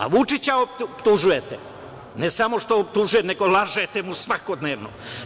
A Vučića optužujete, ne samo što optužujete, nego lažete svakodnevno.